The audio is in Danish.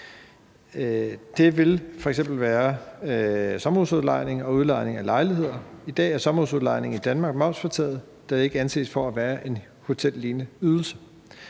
Det vil f.eks. være sommerhusudlejning og udlejning af lejligheder. I dag er sommerhusudlejning i Danmark momsfritaget, da det ikke anses for at være en hotellignende ydelse.